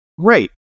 Great